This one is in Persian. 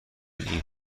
این